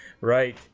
Right